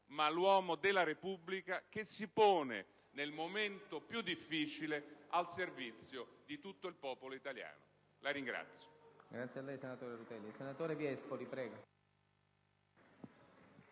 ma l'uomo della Repubblica che si pone, nel momento più difficile, al servizio di tutto il popolo italiano. *(Applausi